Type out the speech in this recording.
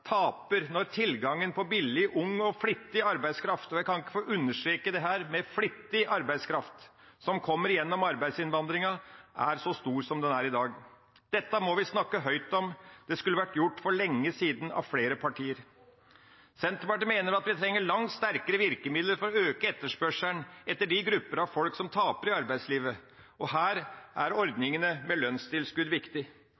taper når tilgangen på billig, ung og flittig arbeidskraft – og jeg kan ikke få understreket nok dette med flittig arbeidskraft – som kommer gjennom arbeidsinnvandringa, er så stor som den er i dag. Dette må vi snakke høyt om. Det skulle vært gjort for lenge siden av flere partier. Senterpartiet mener at vi trenger langt sterkere virkemidler for å øke etterspørselen etter de gruppene av folk som taper i arbeidslivet. Her er ordningene med lønnstilskudd viktig.